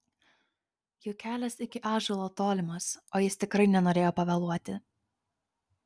juk kelias iki ąžuolo tolimas o jis tikrai nenorėjo pavėluoti